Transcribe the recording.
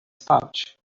pouch